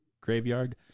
graveyard